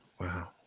Wow